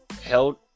held